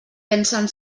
pensen